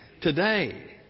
today